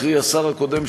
קרי השר הקודם,